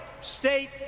state